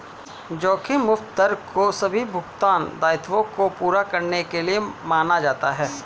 जोखिम मुक्त दर को सभी भुगतान दायित्वों को पूरा करने के लिए माना जाता है